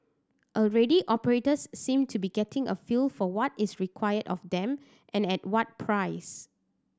already operators seem to be getting a feel for what is required of them and at what price